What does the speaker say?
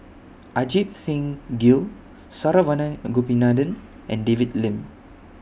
Ajit Singh Gill Saravanan Gopinathan and David Lim